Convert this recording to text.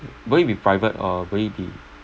will it be private or will it be